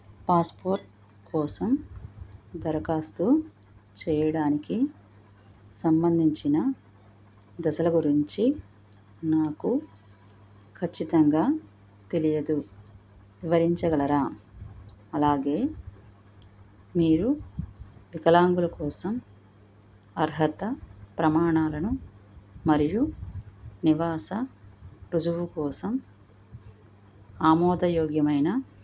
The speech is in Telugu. పాస్పోర్ట్ కోసం దరఖాస్తు చేయడానికి సంబంధించిన దశల గురించి నాకు ఖచ్చితంగా తెలియదు వివరించగలరా అలాగే మీరు వికలాంగుల కోసం అర్హత ప్రమాణాలను మరియు నివాస రుజువు కోసం ఆమోదయోగ్యమైన